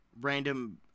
random